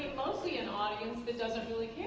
mostly an audience that doesn't really